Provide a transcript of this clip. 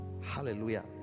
Hallelujah